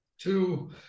Two